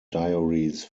diaries